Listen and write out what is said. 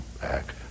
back